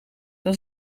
dan